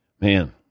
Man